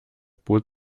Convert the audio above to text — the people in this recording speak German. boot